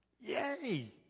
Yay